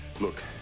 Look